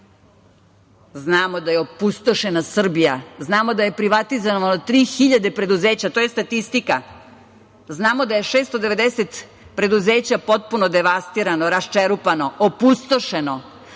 Znamo da je opustošena Srbija. Znamo da je privatizovano 3.000 preduzeća. To je statistika. Znamo da je 690 preduzeća potpuno devastirano, raščerupano, opustošeno,